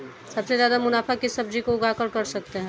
सबसे ज्यादा मुनाफा किस सब्जी को उगाकर कर सकते हैं?